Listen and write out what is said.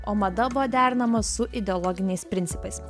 o mada buvo derinama su ideologiniais principais